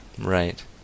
Right